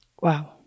wow